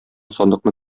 сандыкны